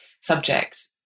subject